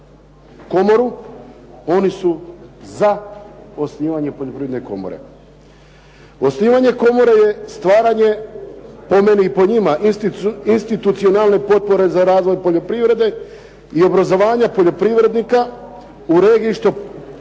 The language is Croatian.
komoru oni su za osnivanje poljoprivredne komore. Osnivanje komore je staranje po meni i po njima institucionalne potpore za razvoj poljoprivrede i obrazovanja poljoprivrednika u regiji što